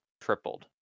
tripled